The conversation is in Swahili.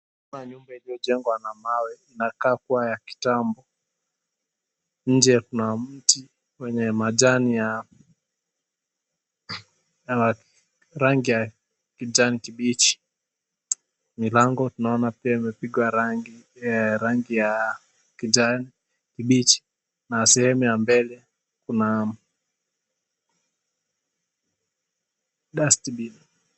Kuna nyumba iliyojengwa na mawe inakaa kuwa ya kitambo. Nje kuna mti wenye majani ya rangi ya kijani kibichi. Milango tunaona pia imepigwa rangi ya kijani kibichi na sehemu ya mbele kuna dustbin .